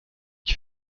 ich